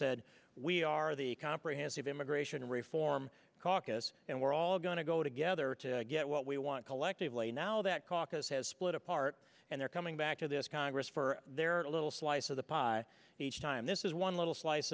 said we are the comprehensive immigration reform caucus and we're all going to go together to get what we want collectively now that caucus has split apart and they're coming back to this congress for their little slice of the pie each time this is one little slice